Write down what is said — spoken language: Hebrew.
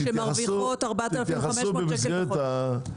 שמרוויחות 4,500 שקל לחודש.